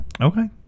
Okay